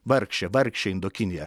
vargšė vargšė indokinija